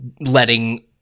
letting